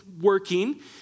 working